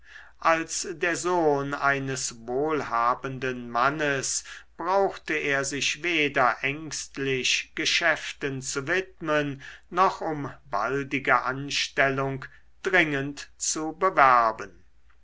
als der sohn eines wohlhabenden mannes brauchte er sich weder ängstlich geschäften zu widmen noch um baldige anstellung dringend zu bewerben